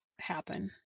happen